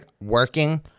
working